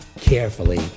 carefully